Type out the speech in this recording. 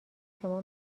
شما